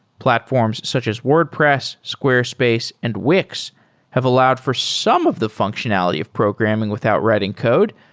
platforms such as wordpress, squarespace and wix have allowed for some of the functionality of programming without writing code,